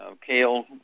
kale